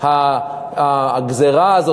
הגזירה הזאת,